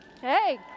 Hey